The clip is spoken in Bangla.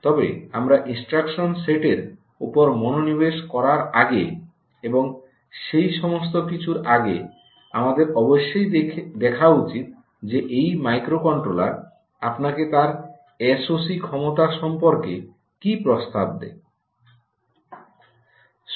তবে আমরা ইনস্ট্রাকশন সেটের উপর মনোনিবেশ করার আগে এবং সে সমস্ত কিছুর আগে আমাদের অবশ্যই দেখা উচিত যে এই মাইক্রোকন্ট্রোলার আপনাকে তার এসওসি ক্ষমতা সম্পর্কে কী প্রস্তাব দেয়